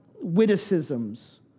witticisms